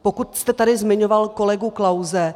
Pokud jste tady zmiňoval kolegu Klause.